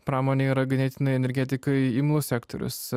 pramonė yra ganėtinai energetikai imlus sektorius